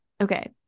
okay